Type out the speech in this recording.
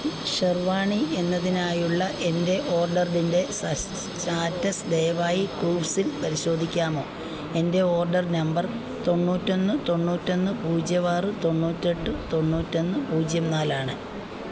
ഷെർവാണി എന്നതിനായുള്ള എൻ്റെ ഓർഡറിൻ്റെ സാസ് സ്റ്റ് സ്റ്റാറ്റസ് ദയവായി കൂവ്സിൽ പരിശോധിക്കാമോ എൻ്റെ ഓർഡർ നമ്പർ തൊണ്ണൂറ്റൊന്ന് തൊണ്ണൂറ്റൊന്ന് പൂജ്യം ആറ് തൊണ്ണൂറ്റെട്ട് തൊണ്ണൂറ്റൊന്ന് പൂജ്യം നാലാണ്